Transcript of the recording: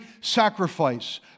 sacrifice